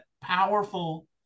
powerful